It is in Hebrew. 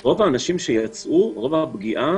רוב הפגיעה